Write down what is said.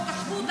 חוק השבות,